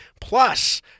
Plus